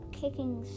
kicking